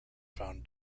found